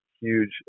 huge